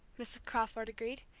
mrs. crawford agreed.